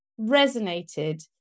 resonated